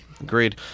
agreed